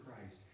Christ